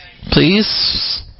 Please